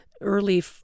early